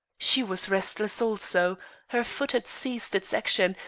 she was restless also her foot had ceased its action,